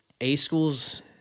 A-Schools